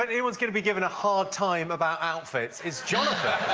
and anyone's going to be given a hard time about outfits, it's jonathan.